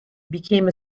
became